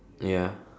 ya